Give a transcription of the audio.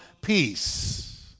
peace